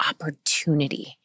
opportunity